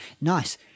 Nice